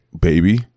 baby